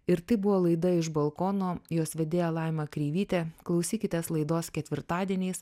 ir tai buvo laida iš balkono jos vedėja laima kreivytė klausykitės laidos ketvirtadieniais